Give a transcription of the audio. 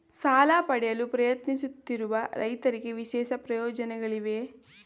ಸಾಲ ಪಡೆಯಲು ಪ್ರಯತ್ನಿಸುತ್ತಿರುವ ರೈತರಿಗೆ ವಿಶೇಷ ಪ್ರಯೋಜನಗಳಿವೆಯೇ?